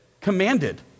commanded